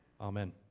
Amen